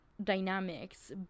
dynamics